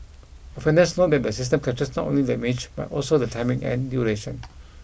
offenders know that the system captures not only the image but also the timing and duration